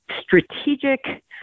strategic